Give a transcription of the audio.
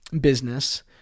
business